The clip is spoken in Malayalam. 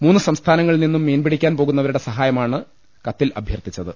മൂന്ന് സംസ്ഥാനങ്ങളിൽ നിന്നും മീൻ പിടിക്കാൻ പോകുന്നവരുടെ സഹായമാണ് അഭ്യർത്ഥിച്ചത്